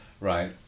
right